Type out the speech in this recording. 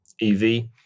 EV